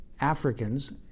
Africans